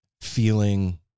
feeling